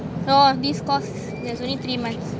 no this course there's only three months